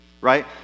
right